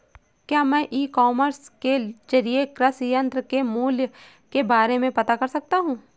क्या मैं e commerce के ज़रिए कृषि यंत्र के मूल्य के बारे में पता कर सकता हूँ?